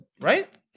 Right